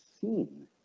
seen